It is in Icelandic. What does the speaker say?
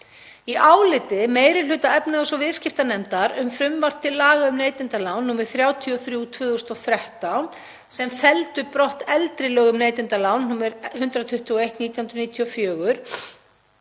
Í áliti meiri hluta efnahags- og viðskiptanefndar um frumvarp til laga um neytendalán, nr. 33/2013, sem felldu brott eldri lög um neytendalán, nr. 121/1994,